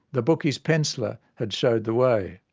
the bookie's penciller had showed the way.